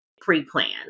pre-planned